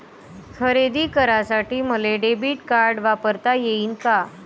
खरेदी करासाठी मले डेबिट कार्ड वापरता येईन का?